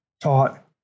taught